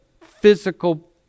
physical